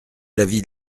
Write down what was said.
l’avis